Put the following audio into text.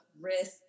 risk